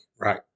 Right